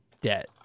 debt